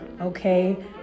okay